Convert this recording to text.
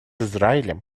израилем